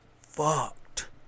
fucked